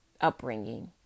upbringing